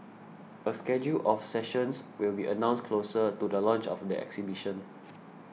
a schedule of sessions will be announced closer to the launch of the exhibition